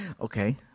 okay